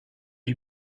pas